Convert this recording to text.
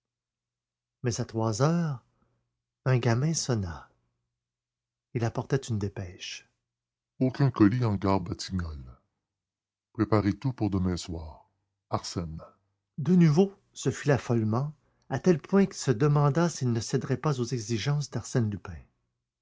mais à trois heures un gamin sonna il apportait une dépêche aucun colis en gare batignolles préparez tout pour demain soir arsène de nouveau ce fut l'affolement à tel point qu'il se demanda s'il ne céderait pas aux exigences d'arsène lupin